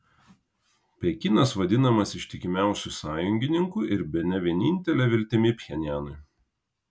pekinas vadinamas ištikimiausiu sąjungininku ir bene vienintele viltimi pchenjanui